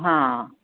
हां